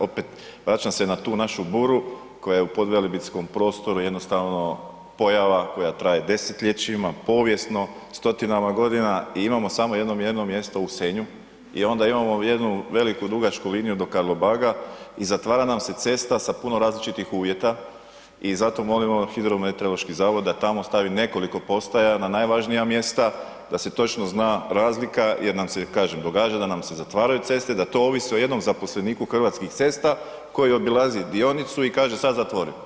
Opet, vraćam se na tu našu buru koja je u podvelebitskom prostoru jednostavno pojava koja traje desetljećima, povijesno, stotinama godinama i imamo samo jedno mjesto u Senju i onda imamo jednu veliku dugačku liniju do Karlobaga i zatvara nam se cesta sa puno različitih uvjeta i zato molimo Hidrometeorološki zavod sa tamo tavi nekoliko postaja na najvažnija mjesta da se točno zna razlika jer nam se kažem događa da nam se zatvaraju ceste i da to ovisi o jednom zaposleniku Hrvatskih cesta koji obilazi dionicu i kaže sada zatvori.